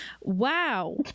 Wow